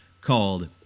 called